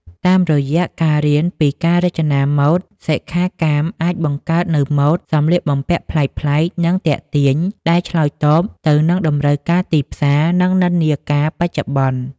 តាមរយៈការរៀនពីការរចនាម៉ូដ សិក្ខាកាមអាចបង្កើតនូវម៉ូដសម្លៀកបំពាក់ប្លែកៗ និងទាក់ទាញ ដែលឆ្លើយតបទៅនឹងតម្រូវការទីផ្សារ និងនិន្នាការបច្ចុប្បន្ន។